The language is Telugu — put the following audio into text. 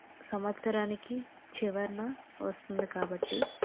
సంవత్సరానికి చివరన వస్తుంది కాబట్టి